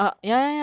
kai jun eh